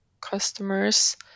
customers